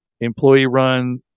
employee-run